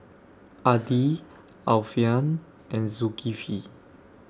Adi Alfian and Zulkifli